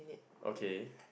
okay